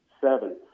Seven